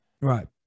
Right